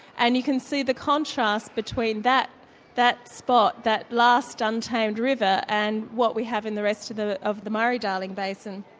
and you can see the contrast between that that spot, that last last untamed river, and what we have in the rest of the of the murray darling basin.